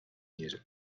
music